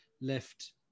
left